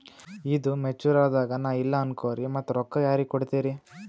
ಈದು ಮೆಚುರ್ ಅದಾಗ ನಾ ಇಲ್ಲ ಅನಕೊರಿ ಮತ್ತ ರೊಕ್ಕ ಯಾರಿಗ ಕೊಡತಿರಿ?